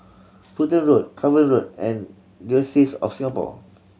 Fulton Road Cavan Road and Diocese of Singapore